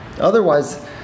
Otherwise